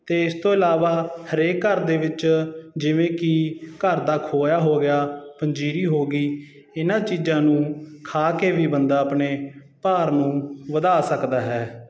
ਅਤੇ ਇਸ ਤੋਂ ਇਲਾਵਾ ਹਰੇਕ ਘਰ ਦੇ ਵਿੱਚ ਜਿਵੇਂ ਕਿ ਘਰ ਦਾ ਖੋਇਆ ਹੋ ਗਿਆ ਪੰਜੀਰੀ ਹੋ ਗਈ ਇਹਨਾਂ ਚੀਜ਼ਾਂ ਨੂੰ ਖਾ ਕੇ ਵੀ ਬੰਦਾ ਆਪਣੇ ਭਾਰ ਨੂੰ ਵਧਾ ਸਕਦਾ ਹੈ